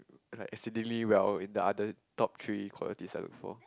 is like exceedingly well in the other top three qualities I look for